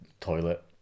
toilet